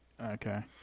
Okay